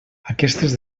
aquestes